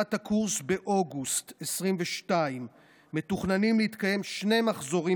ותחילת הקורס באוגוסט 2022. מתוכננים להתקיים שני מחזורים